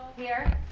here.